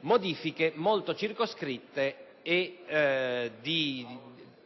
modifiche, molto circoscritte,